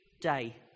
day